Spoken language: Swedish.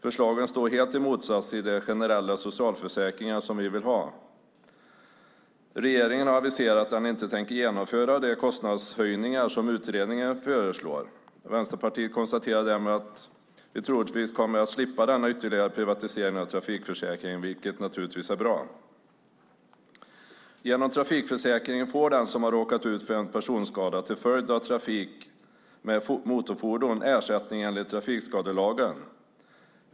Förslagen står helt i motsats till de generella socialförsäkringar som vi vill ha. Regeringen har aviserat att den inte tänker genomföra de kostnadshöjningar som utredningen föreslår. Vänsterpartiet konstaterar därmed att vi troligtvis kommer att slippa denna ytterligare privatisering av trafikförsäkringen, vilket naturligtvis är bra. Genom trafikförsäkringen får den som har råkat ut för en personskada till följd av trafik med motorfordon ersättning enligt trafikskadelagen.